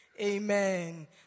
Amen